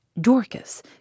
Dorcas